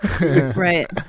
right